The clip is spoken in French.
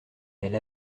elle